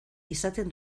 izaten